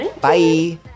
Bye